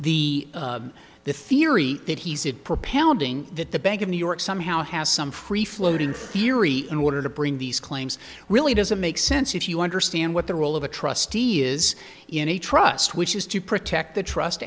e the theory that he said propounding that the bank of new york somehow has some free floating theory in order to bring these claims really doesn't make sense if you understand what the role of a trustee is in a trust which is to protect the trust